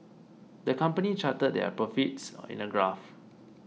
the company charted their profits in a graph